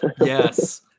yes